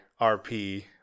RP